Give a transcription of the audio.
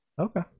Okay